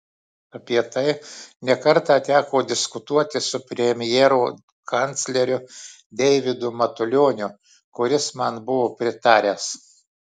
apie tai ne kartą teko diskutuoti su premjero kancleriu deividu matulioniu kuris man buvo pritaręs